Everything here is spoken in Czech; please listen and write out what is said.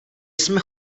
jsme